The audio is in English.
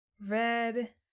red